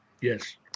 Yes